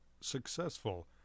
successful